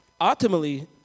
ultimately